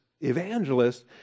evangelist